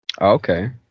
Okay